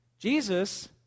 Jesus